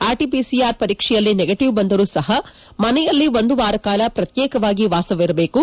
RT-PCR ಪರೀಕ್ಷೆಯಲ್ಲಿ negative ಬಂದರೂ ಸಹ ಮನೆಯಲ್ಲಿ ಒಂದುವಾರಕಾಲ ಪ್ರತ್ಯೇಕವಾಗಿ ವಾಸವಿರಬೇಕು